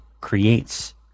creates